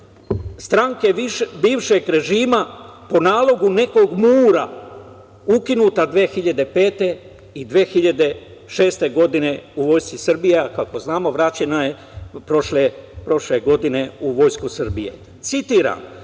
Stranke bivšeg režima po nalogu nekog Mura ukinule su 2005. i 2006. godine u Vojsci Srbije je ukinuta, a kako znamo, vraćena je prošle godine u Vojsku Srbije. Citiram